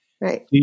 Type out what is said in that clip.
right